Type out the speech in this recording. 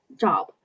job